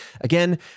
Again